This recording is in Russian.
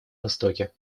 востоке